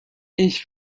ich